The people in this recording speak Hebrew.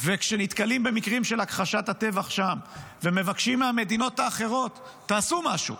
וכשנתקלים במקרים של הכחשת הטבח שם ומבקשים מהמדינות האחרות: תעשו משהו,